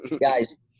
guys